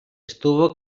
estuvo